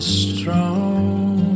strong